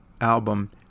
Album